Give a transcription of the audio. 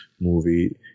movie